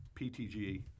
PTG